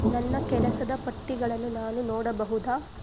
ನನ್ನ ಕೆಲಸದ ಪಟ್ಟಿಗಳನ್ನು ನಾನು ನೋಡಬಹುದೇ